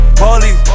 police